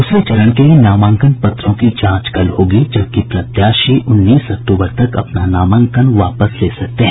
दूसरे चरण के लिए नामांकन पत्रों की जांच कल होगी जबकि प्रत्याशी उन्नीस अक्टूबर तक अपना नामांकन वापस ले सकते हैं